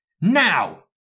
Now